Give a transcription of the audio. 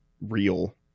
real